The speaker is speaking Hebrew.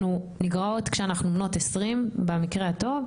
אנחנו נגרעות כשאנחנו בנות 20 במקרה הפחות